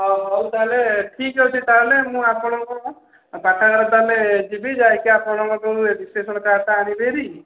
ହଉ ହଉ ତାହେଲେ ଠିକ୍ ଅଛି ତାହେଲେ ମୁଁ ଆପଣଙ୍କ ପାଠାଗାରା ତାହେଲେ ଯିବି ଯାଇକି ଆପଣଙ୍କଠୁ ରେଜିଷ୍ଟ୍ରେସନ କାର୍ଡ଼ଟା ଆଣିବି ଭାରି